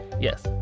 Yes